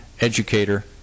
educator